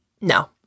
No